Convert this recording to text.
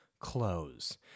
close